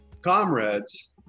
comrades